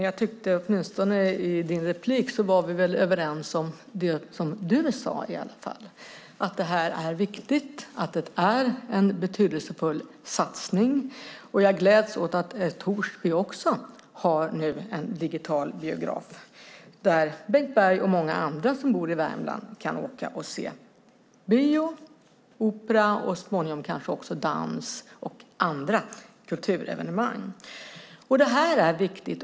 Jag tycker att vi är överens om åtminstone det du sade i ditt inlägg, att det här är viktigt och att det är en betydelsefull satsning. Jag gläds åt att Torsby också nu har en digital biograf där Bengt Berg och många andra som bor i Värmland kan se bio, opera och så småningom kanske också dans och andra kulturevenemang. Det här är viktigt.